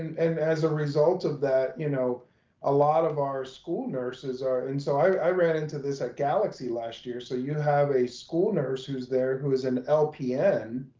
and as a result of that you know a lot of our school nurses are. and so i ran into this at galaxy last year. so you have a school nurse who's there, who is an lpn,